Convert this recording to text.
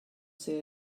see